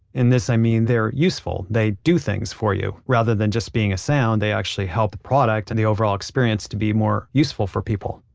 in this i mean they're useful, they do things for you, rather than just being a sound, they actually help the product and the overall experience to be more useful for people.